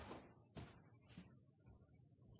Takk